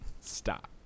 stop